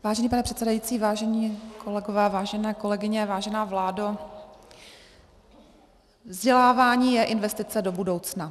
Vážený pane předsedající, vážení kolegové, vážené kolegyně, vážená vládo, vzdělávání je investice do budoucna.